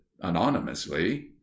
anonymously